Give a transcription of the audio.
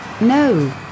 no